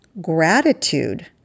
gratitude